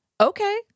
Okay